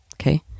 Okay